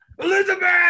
elizabeth